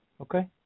Okay